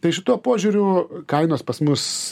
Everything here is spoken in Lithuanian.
tai šituo požiūriu kainos pas mus